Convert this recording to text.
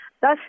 Thus